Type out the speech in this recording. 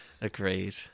Agreed